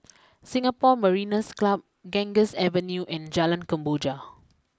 Singapore Mariners Club Ganges Avenue and Jalan Kemboja